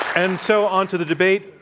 and so, onto the debate.